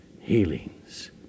healings